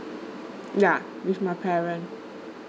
yeah with my parent